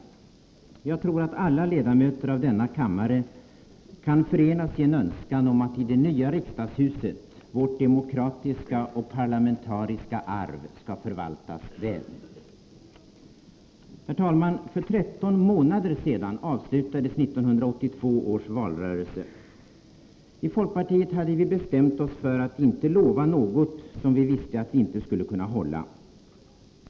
Jag tror att alla ledamöter av denna kammare kan förenas i en önskan om att i det nya riksdagshuset vårt demokratiska och parlamentariska arv skall förvaltas väl. Herr talman! För 13 månader sedan avslutades 1982 års valrörelse. I folkpartiet hade vi bestämt oss för att inte lova något som vi visste att vi inte skulle kunna hålla.